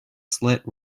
slit